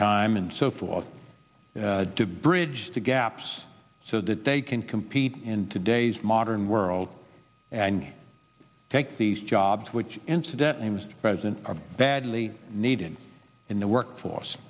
time and so forth to bridge the gaps so that they can compete in today's modern world and take these jobs which incidentally must present our badly needed in the workforce